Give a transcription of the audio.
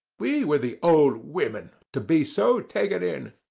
we were the old women to be so taken in.